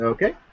Okay